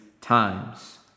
times